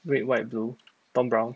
red white blue turn brown